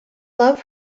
love